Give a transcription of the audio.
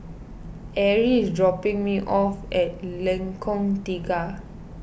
Arie is dropping me off at Lengkong Tiga